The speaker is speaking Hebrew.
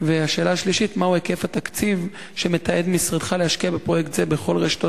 4. מהו היקף התקציב שמתעתד משרדך להשקיע בפרויקט זה בכל רשתות